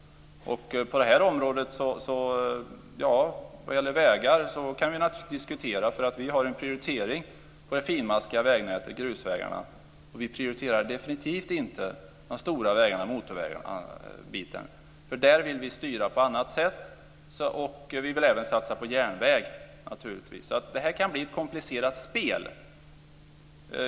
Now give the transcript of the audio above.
När det gäller vägar kan vi naturligtvis diskutera detta. Vi gör en prioritering av det finmaskiga vägnätet - grusvägarna. Vi prioriterar definitivt inte de stora vägarna och motorvägarna. Där vill vi i stället styra på annat sätt. Vi vill även satsa på järnväg, naturligtvis. Detta kan alltså bli ett komplicerat spel.